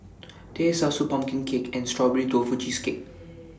Teh Susu Pumpkin Cake and Strawberry Tofu Cheesecake